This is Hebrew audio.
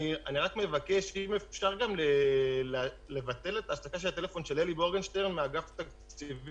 אני מבקש גם לבטל את ההשתקה של הטלפון של אלי מורגנשטרן מאגף תקציבים,